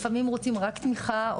לפעמים רוצים רק תמיכה,